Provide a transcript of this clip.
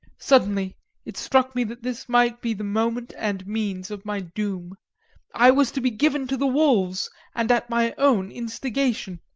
suddenly it struck me that this might be the moment and means of my doom i was to be given to the wolves, and at my own instigation.